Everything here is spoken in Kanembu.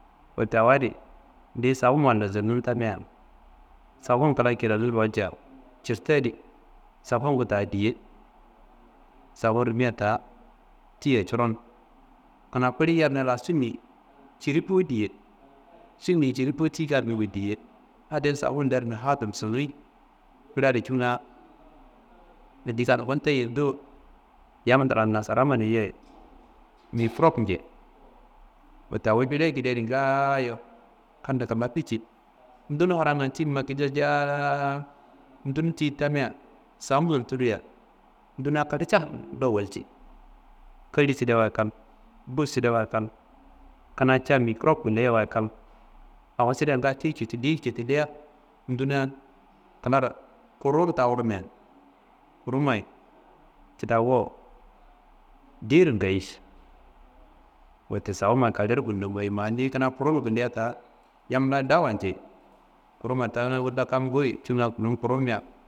Wette awa adi niyi safunna lasumnum tammiya, safun klan kidaniro walca cirtadi safungu ta diye, safun rimia ta tiyiya coron kuna kuli yerne la ta summiyi ciri bo diye, sunniyi ciri bo tiyi kammin ye diye ade safun lermia hadir soniyi kuli adi cunga andiyi kanumbun tayenu do yam ndilam nasara manayeyia microb njei. Wette awo jili ekediya adi ngaayo kando kilafe ci. Ndunu haranga tinumma giljajaa, ndunu tiyin tamia samun tulliya, nduna kalewu callo walciyi, kali sidewa kal, bu sidewa kal kuna ca microp gullei wa kal, awo sida ngayi tiyi cidili, cidilia ndunan klaro kuruwur tawirmia, krumayi cidawo dero ngayi. Wette safumayi kalewuro gundo mayi maa ni kuruwur guliya ta yam layi dawa njei. Kruma taa wolla kam nguwu cunga krum, krumnea